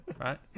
Right